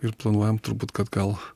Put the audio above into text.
ir planuojam turbūt kad gal